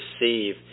receive